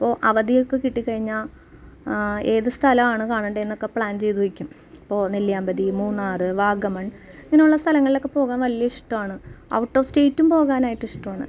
അപ്പോൾ അവധിയൊക്കെ കിട്ടിക്കഴിഞ്ഞാൽ ഏത് സ്ഥലമാണ് കാണേണ്ടത് എന്നൊക്കെ പ്ലാൻ ചെയ്ത് വയ്ക്കും അപ്പോൾ നെല്ലിയാമ്പതി മൂന്നാർ വാഗമൺ ഇങ്ങനെ ഉള്ള സ്ഥലങ്ങളിലൊക്കെ പോകാൻ വലിയ ഇഷ്ടമാണ് ഔട്ട് ഓഫ് സ്റ്റേറ്റും പോകാനായിട്ടും ഇഷ്ടമാണ്